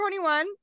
21